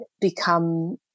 become